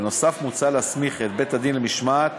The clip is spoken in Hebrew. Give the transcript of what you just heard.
נוסף על כך מוצע להסמיך את בית-הדין למשמעת